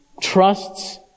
Trusts